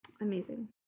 amazing